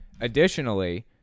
Additionally